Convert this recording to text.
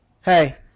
Hey